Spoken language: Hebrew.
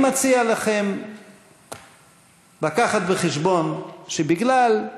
ואני מציע לכם להביא בחשבון שבגלל,